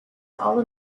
all